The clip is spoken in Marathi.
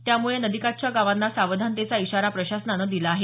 यामुळे नदीकाठच्या गावांना सावधानतेचा इशारा प्रशासनानं दिला आहे